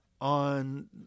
on